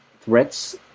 Threats